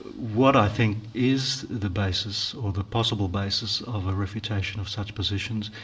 what i think is the basis, or the possible basis of a refutation of such positions,